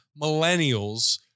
millennials